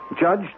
Judge